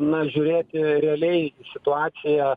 na žiūrėti realiai į situaciją